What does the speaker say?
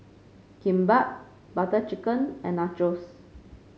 Kimbap Butter Chicken and Nachos